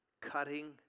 cutting